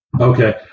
Okay